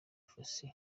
fossey